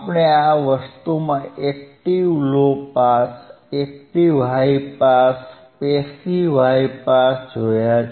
આપણે આ વસ્તુમાં active low pass active high pass passive high pass જોયા છે